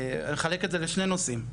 אני אחלק את זה לשני נושאים.